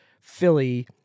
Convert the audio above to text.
Philly